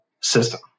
system